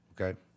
okay